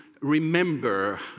remember